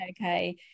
okay